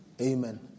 Amen